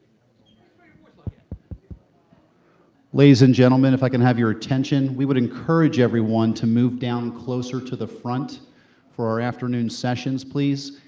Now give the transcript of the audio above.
like ladies and gentlemen, if i can have your attention, we would encourage everyone to move down closer to the front for our afternoon sessions, please.